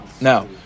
now